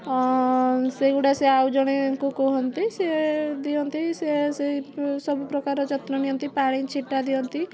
ସେହିଗୁଡ଼ା ସେ ଆଉ ଜଣଙ୍କୁ କୁହନ୍ତି ସେ ଦିଅନ୍ତି ସେ ସେହି ସବୁପ୍ରକାରର ଯତ୍ନ ନିଅନ୍ତି ପାଣି ଛିଟା ଦିଅନ୍ତି